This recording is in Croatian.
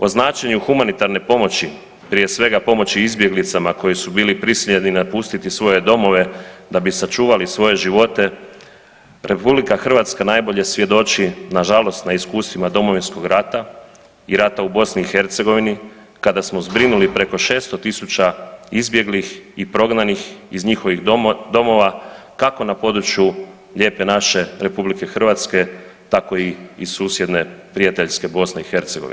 O značenju humanitarne pomoći prije svega pomoći izbjeglicama koje su bili prisiljeni napustiti svoje domove da bi sačuvali svoje živote, RH najbolje svjedoči, nažalost na iskustvima Domovinskog rata i rata u BiH kada smo zbrinuli preko 600 tisuća izbjeglih i prognanih iz njihovih domova, kako na području Lijepe naše, RH, tako i iz susjedne prijateljske BiH.